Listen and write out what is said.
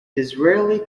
disraeli